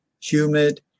humid